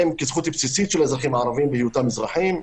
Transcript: זכות בסיסית של האזרחים הערבים בהיותם אזרחים,